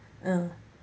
mm